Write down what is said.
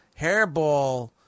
hairball